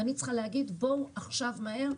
ואני צריכה להגיד: בואו עכשיו מהר.